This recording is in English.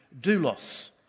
doulos